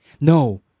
No